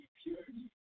purity